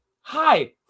hi